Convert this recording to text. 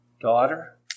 daughter